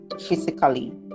physically